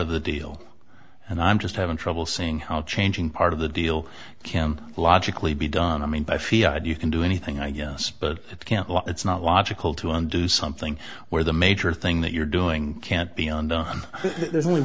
of the deal and i'm just having trouble seeing how changing part of the deal can logically be done i mean i feel you can do anything i guess but it can't it's not logical to undo something where the major thing that you're doing can't be undone there's only